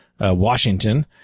Washington